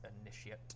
initiate